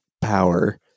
power